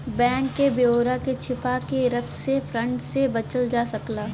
bank क ब्यौरा के छिपा के रख से फ्रॉड से बचल जा सकला